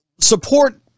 support